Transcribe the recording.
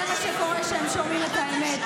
זה מה שקורה כשהם שומעים את האמת.